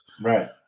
right